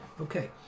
Okay